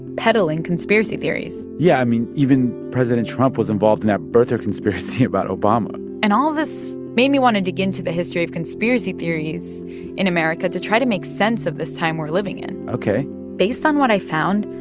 peddling conspiracy theories yeah. i mean, even president trump was involved in that birther conspiracy about obama and all this made me want to dig into the history of conspiracy theories in america to try to make sense of this time we're living in ok based on what i found,